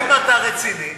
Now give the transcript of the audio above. אם אתה רציני,